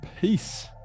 Peace